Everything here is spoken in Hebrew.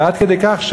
ועד כדי כך,